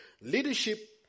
Leadership